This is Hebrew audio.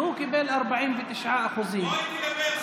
והוא קיבל 49%. בוא איתי לבאר שבע,